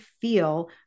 feel